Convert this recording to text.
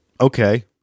okay